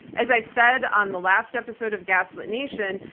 as i said on the last episode of gaslit nation,